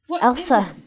Elsa